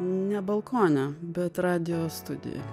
ne balkone bet radijo studijoj